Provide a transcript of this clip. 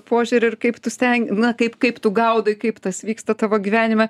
požiūrį ir kaip tu sten na kaip kaip tu gaudai kaip tas vyksta tavo gyvenime